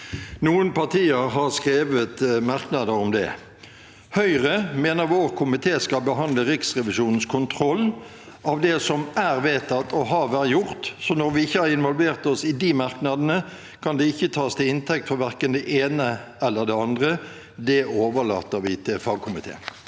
Noen partier har skrevet merknader om det. Høyre mener vår komité skal behandle Riksrevisjonens kontroll av det som er vedtatt og har vært gjort, så når vi ikke har involvert oss i de merknadene, kan det ikke tas til inntekt for verken det ene eller det andre. Det overlater vi til fagkomiteen.